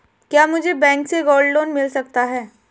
क्या मुझे बैंक से गोल्ड लोंन मिल सकता है?